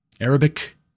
Arabic